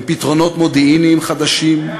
בפתרונות מודיעיניים חדשים,